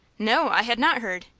no, i had not heard.